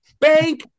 bank